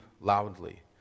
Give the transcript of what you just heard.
loudly